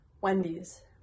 Wendy's